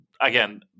again